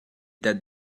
that